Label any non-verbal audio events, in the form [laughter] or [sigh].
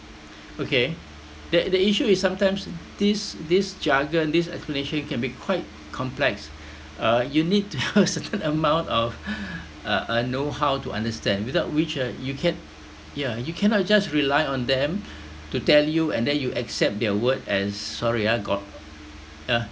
okay that the issue is sometimes this this jargon this explanation can be quite complex uh you need to [laughs] have a certain amount of [breath] uh know how to understand without which uh you can't ya you cannot just rely on them to tell you and then you accept their word as sorry ah go~ uh